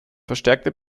verstärkte